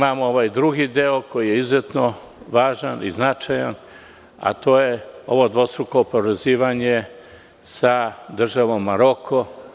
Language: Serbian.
Imamo drugi deo koji je izuzetno važan i značajan, a to je dvostruko oporezivanje sa državom Maroko.